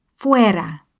Fuera